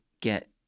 get